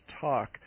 talk